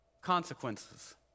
consequences